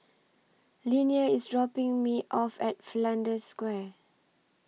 Linnea IS dropping Me off At Flanders Square